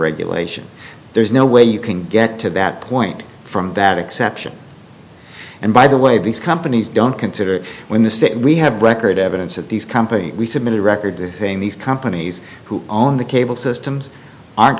regulation there's no way you can get to that point from that exception and by the way these companies don't consider it when the state we have record evidence that these companies we submitted record the thing these companies who own the cable systems aren't